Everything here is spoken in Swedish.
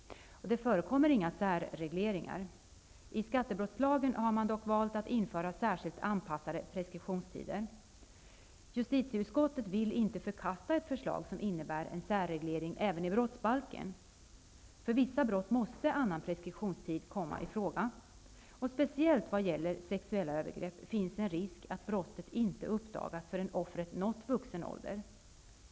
Det förekommer inga särregleringar. I skattebrottslagen har man dock valt att införa särskilt anpassade preskriptionstider. Justitieutskottet vill inte förkasta ett förslag som innebär en särreglering även i brottsbalken. För vissa brott måste annan preskriptionstid komma i fråga. Speciellt vad gäller sexuella övergrepp finns en risk att brottet inte uppdagas förrän offret nått vuxen ålder.